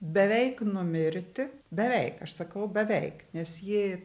beveik numirti beveik aš sakau beveik nes ji